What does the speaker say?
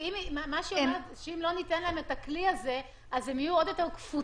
כי אם לא ניתן להם את הכלי הזה אז הם יהיו עוד יותר קפוצים